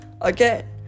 Again